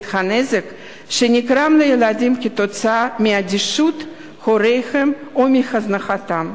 על הנזק שנגרם לילדים מאדישות הוריהם או מהזנחתם.